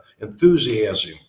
enthusiasm